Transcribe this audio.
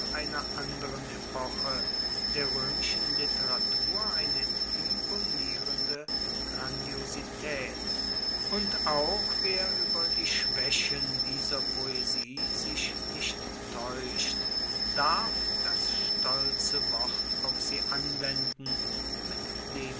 irgendeiner anderen epoche der roemischen literatur eine imponierende grandiositaet und auch wer ueber die schwaechen dieser poesie sich nicht taeuscht darf das stolze wort auf sie anwenden mit dem